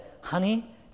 Honey